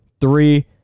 three